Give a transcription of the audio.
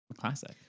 classic